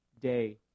day